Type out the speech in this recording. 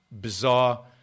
bizarre